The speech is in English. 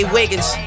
Wiggins